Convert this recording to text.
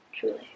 Truly